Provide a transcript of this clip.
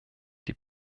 die